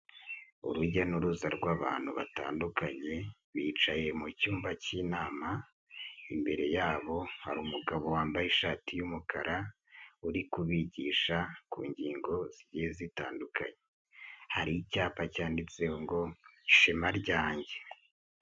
Urujya n'uruza rw'abantu batandukanye, bicaye mu cyumba cy'inama, imbere yabo hariru umugabo wambaye ishati y'umukara, uri kubigisha ku ngingo zigiye zitandukanye, hari icyapa cyanditseho ngo ishema ryanjye.